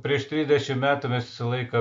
prieš trisdešim metų mes visą laiką